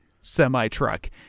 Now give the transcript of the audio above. semi-truck